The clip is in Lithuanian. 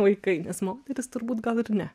vaikai moterys turbūt gal ir ne